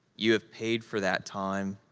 you have paid for that time,